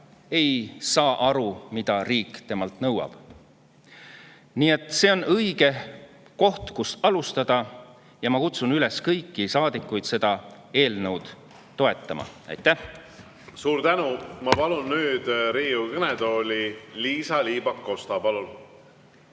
ei saa aru, mida riik temalt nõuab. Nii et see on õige koht, kust alustada. Ja ma kutsun kõiki saadikuid üles seda eelnõu toetama. Aitäh! Suur tänu! Ma palun nüüd Riigikogu kõnetooli Liisa-Ly Pakosta.